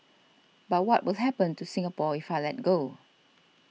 but what will happen to Singapore if I let go